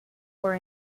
for